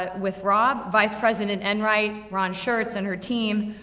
ah with rob, vice president enright, ron schertz, and her team,